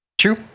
true